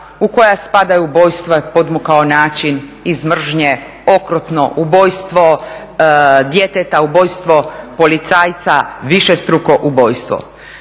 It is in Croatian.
u koja spadaju ubojstva, podmukao način, iz mržnje, okrutno ubojstvo djeteta, ubojstvo policajca, višestruko ubojstvo.